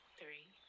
three